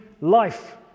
life